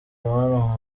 mana